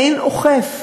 אין אוכף.